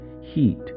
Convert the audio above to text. heat